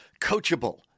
coachable